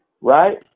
right